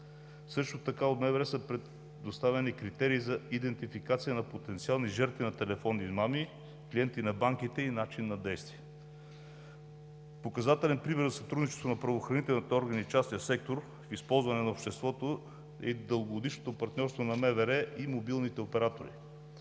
работи са предоставени критерии за идентификация на потенциални жертви на телефонни измами, клиенти на банките и начин на действие. Показателен пример за сътрудничество на правоохранителните органи и частния сектор е използването на обществото и дългогодишното партньорство на МВР и мобилните оператори.